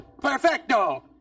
Perfecto